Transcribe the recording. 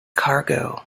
cargo